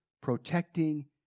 protecting